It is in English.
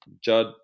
Judd